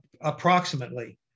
approximately